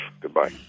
Goodbye